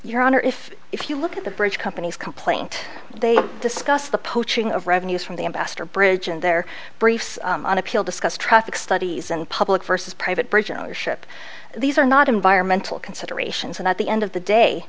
your honor if if you look at the bridge company's complaint they discuss the poaching of revenues from the ambassador bridge and their briefs on appeal discuss traffic studies and public versus private bridge an ownership these are not environmental considerations and at the end of the day